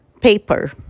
paper